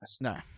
No